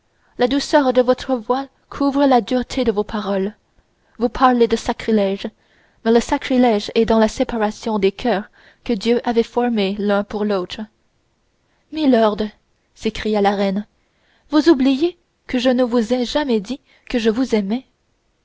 la douceur de votre voix couvre la dureté de vos paroles vous parlez de sacrilège mais le sacrilège est dans la séparation des coeurs que dieu avait formés l'un pour l'autre milord s'écria la reine vous oubliez que je ne vous ai jamais dit que je vous aimais